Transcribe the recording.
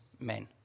men